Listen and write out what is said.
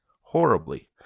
horribly